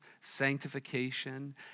sanctification